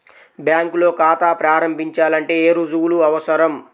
బ్యాంకులో ఖాతా ప్రారంభించాలంటే ఏ రుజువులు అవసరం?